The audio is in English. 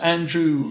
Andrew